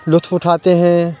لُطف اُٹھاتے ہیں